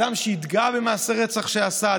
אדם שהתגאה במעשה רצח שעשה,